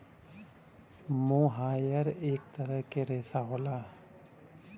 मोहायर इक तरह क रेशा होला